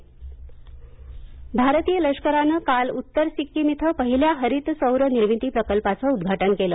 सिक्कीम सौर उर्जा भारतीय लष्करानं काल उत्तर सिक्कीम इथं पहिल्या हरित सौर निर्मिती प्रकल्पाचं उद्घाटन केलं